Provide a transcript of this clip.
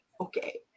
Okay